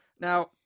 Now